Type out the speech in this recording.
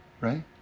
right